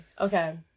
Okay